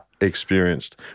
experienced